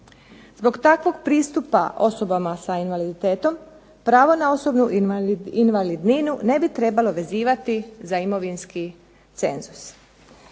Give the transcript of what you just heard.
Zbog takvog pristupa osobama sa invaliditetom pravo na osobnu invalidninu ne bi trebalo vezivati za imovinski cenzus.